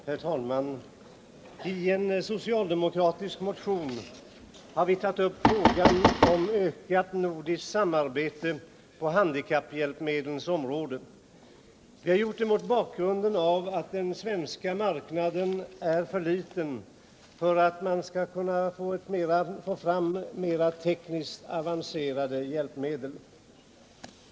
Herr talman! I en socialdemokratisk motion har vi tagit upp frågan om ökat nordiskt samarbete på handikapphjälpmedlens område. Vi har gjort det mot bakgrunden av att den svenska marknaden är för liten för att man skall kunna få fram mera tekniskt avancerade hjälpmedel.